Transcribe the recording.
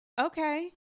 Okay